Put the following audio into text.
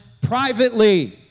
privately